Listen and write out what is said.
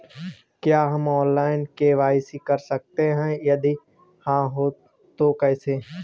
क्या हम online KYC कर सकते हैं यदि हाँ तो कैसे?